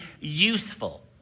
useful